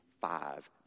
five